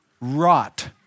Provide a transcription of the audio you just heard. rot